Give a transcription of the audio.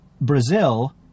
Brazil